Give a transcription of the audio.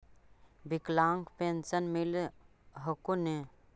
विकलांग पेन्शन मिल हको ने?